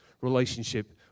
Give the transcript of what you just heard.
relationship